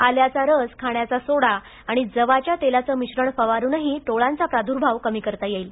आल्याचा रस खाण्याचा सोडा आणि जवाच्या तेलाचं मिश्रण फवारूनही टोळांचा प्रादुर्भाव कमी करता येईल